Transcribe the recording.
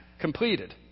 completed